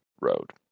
road